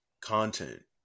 content